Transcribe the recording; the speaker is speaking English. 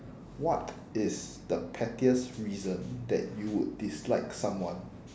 what is the pettiest reason that you would dislike someone